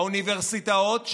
האוניברסיטאות,